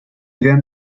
then